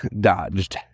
dodged